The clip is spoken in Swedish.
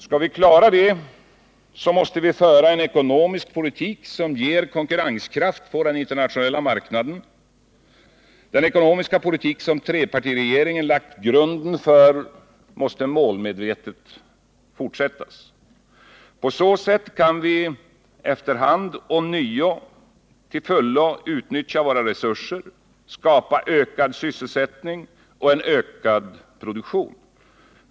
Skall vi klara detta, måste vi föra en ekonomisk politik som ger konkurrenskraft på den internationella marknaden — den ekonomiska politik som trepartiregeringen lagt grunden för måste målmedvetet fortsättas. På så sätt kan vi efter hand ånyo till fullo utnyttja våra resurser, skapa ökad sysselsättning och en ökad produktion.